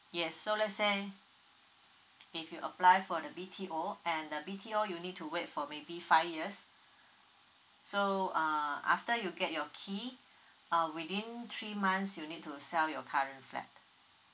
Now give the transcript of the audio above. yes so let's say if you apply for the B_T_O and the B_T_O you'll maybe wait for maybe five years so uh after you get your key uh within three months you need to sell your current flat